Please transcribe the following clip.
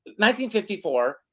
1954